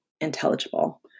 intelligible